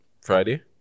Friday